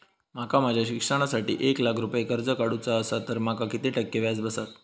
माका माझ्या शिक्षणासाठी एक लाख रुपये कर्ज काढू चा असा तर माका किती टक्के व्याज बसात?